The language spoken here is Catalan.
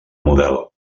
model